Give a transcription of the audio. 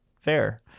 fair